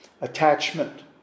attachment